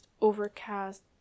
Overcast